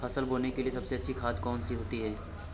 फसल बोने के लिए सबसे अच्छी खाद कौन सी होती है?